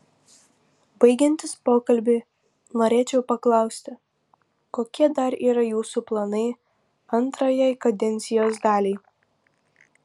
baigiantis pokalbiui norėčiau paklausti kokie dar yra jūsų planai antrajai kadencijos daliai